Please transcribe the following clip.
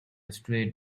straight